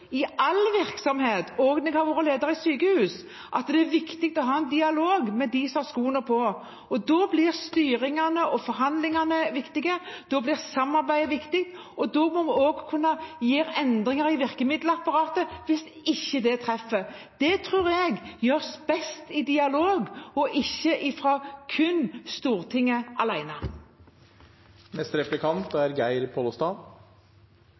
i all virksomhet – også når jeg har vært leder i sykehus – at det er viktig å ha en dialog med dem som har skoene på. Da blir styringen og forhandlingene viktige, da blir samarbeidet viktig, og da må vi også kunne gjøre endringer i virkemiddelapparatet hvis det ikke treffer. Det tror jeg gjøres best i dialog og ikke fra Stortinget alene. Neste replikant er Geir Pollestad.